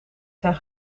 zijn